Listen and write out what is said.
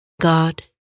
God